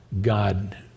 God